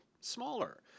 smaller